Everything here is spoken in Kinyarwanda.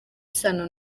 isano